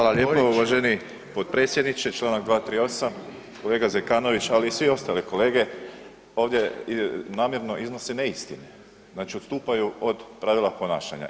Hvala lijepo uvaženi potpredsjedniče, čl. 238., kolega Zekanović, ali i svi ostali kolege, ovdje namjerno iznose neistine, znači odstupaju od pravila ponašanja.